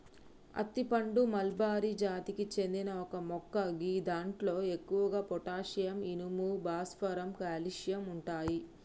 అత్తి పండు మల్బరి జాతికి చెందిన ఒక మొక్క గిదాంట్లో ఎక్కువగా పొటాషియం, ఇనుము, భాస్వరం, కాల్షియం ఉంటయి